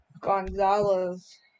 Gonzalez